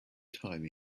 time